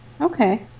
Okay